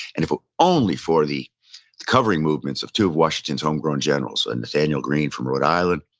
and if ah only for the the covering movements of two of washington's home-grown generals, and nathaniel greene from rhode island,